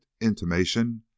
intimation